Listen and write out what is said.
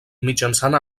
mitjançant